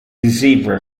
zebra